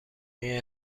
این